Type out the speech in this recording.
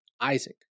Isaac